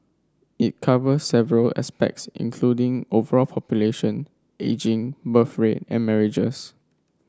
it covers several aspects including overall population ageing birth rate and marriages